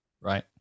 right